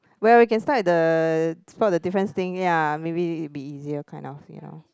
well you can side the spot the difference thing ya maybe it be easier kind of you know